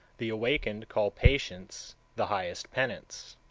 the awakened call patience the highest penance,